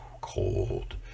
cold